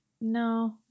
No